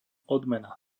odmena